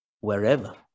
wherever